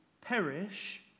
perish